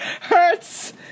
Hurts